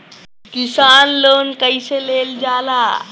किसान लोन कईसे लेल जाला?